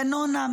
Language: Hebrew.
דנונה,